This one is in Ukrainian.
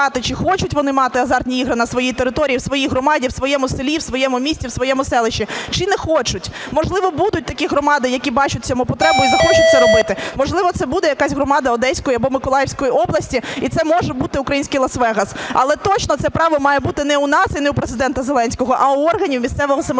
чи хочуть вони мати азартні ігри на своїй території, у своїй громаді, у своєму селі, у своєму місті, у своєму селищі чи не хочуть. Можливо, будуть такі громади, які бачать в цьому потребу і захочуть це робити, можливо, це буде якась громада Одеської або Миколаївської області і це може бути український Лас-Вегас. Але точно це право має бути не у нас і не у Президента Зеленського, а у органів місцевого самоврядування.